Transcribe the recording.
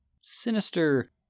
sinister